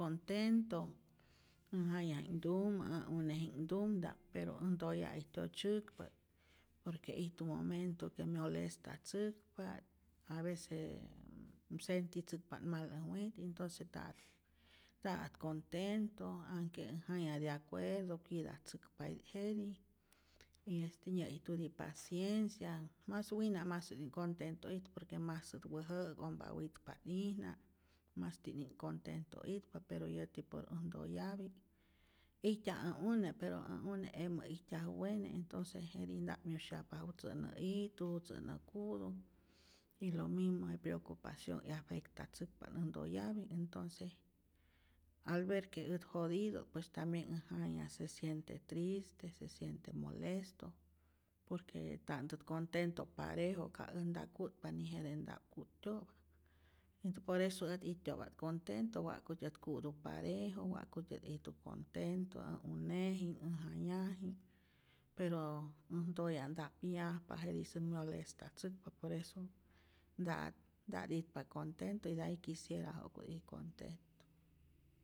Contento äj jayaji'knhtumä, ä une'ji'knhtumta'p pero äj ntoya'i tyotzyäkpa't, por que ijtu momento que myolestatzäkpa't, avece sentitzäkpa't mal äj wit, entonce nta'at nta'at contento anhke äj jaya de acuerdo cuidatzäkpatit jetij y yäti nyä'ijtuti paciencia, mas wina mas ij contento ijtu, por que masät wäjä'äk, ompa witpa't'ijna, masti'i' contento itpa, pero yäti por äj ntoyapi'k, ijtyaj ä une' pero ä une' emä ijtyaj wene, entonce jetij nta'p myusyajpa jutzä't nä ijtu, jutzä't nä ku'tu, y lo mismo je preocupación 'yafectatzäkpa't äj ntoya'pi'k, entonce al ver que ät jodido't pues tambien äj jaya se siente triste, se siente molesto, por que nta'ntät contento parejo, ka äj nta ku'tpa ni jete nta ku'tyo'pa, es por eso ät it'tyo'pa't contento wa'kutyät ku'tu parejo, wa'kutyät ijtu contento äj uneji'k, äj jayaji'k, pero äj ntoya' nta'p yajpa, jetisät myolestatzäkpa por eso nta'at nta't itpa contento iday quisiera ja'ku't it contento.